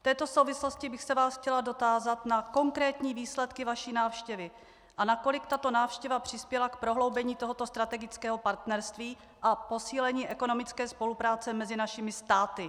V této souvislosti bych se vás chtěla dotázat na konkrétní výsledky vaší návštěvy, a nakolik tato návštěva přispěla k prohloubení tohoto strategického partnerství a posílení ekonomické spolupráce mezi našimi státy.